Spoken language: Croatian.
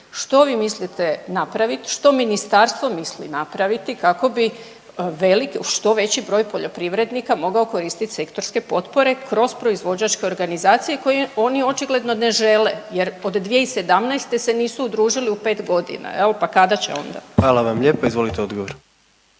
Što vi mislite napraviti, što ministarstvo misli napraviti kako bi veliki, što veći broj poljoprivrednika mogao koristiti sektorske potpore kroz proizvođačke organizacije koje oni očigledno ne žele jer od 2017. se nisu udružili u 5 godina jel, pa kada će onda. **Jandroković, Gordan